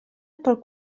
pel